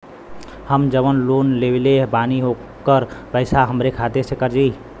हम जवन लोन लेले बानी होकर पैसा हमरे खाते से कटी?